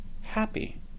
happy